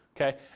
Okay